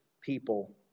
people